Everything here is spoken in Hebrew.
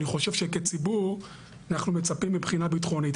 חושב שכציבור אנחנו מצפים מבחינה ביטחונית.